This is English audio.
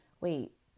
wait